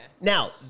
Now